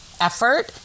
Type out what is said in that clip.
effort